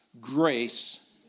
grace